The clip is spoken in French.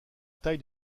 taille